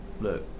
Look